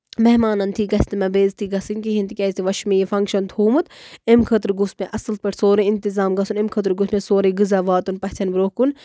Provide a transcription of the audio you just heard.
مہمانن تھی گژھِ نہٕ مےٚ بے عزتی گژھٕنۍ کِہینۍ تہِ تِکیازِ وۄنۍ چھُ مےٚ فنکشَن تھوومُت اَمہِ خٲطرٕ گوٚژھ مےٚ اَصٕل پٲٹھۍ یہِ سورُے اِنتِظام گژھُن اَمہِ خٲطرٕ گوٚژھ مےٚ سورُے غزاہ واتُن پَژھین برونہہ کُن